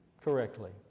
correctly